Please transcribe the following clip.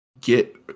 get